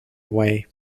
away